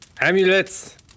Amulets